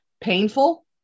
painful